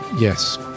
Yes